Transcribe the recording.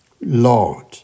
Lord